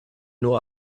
nur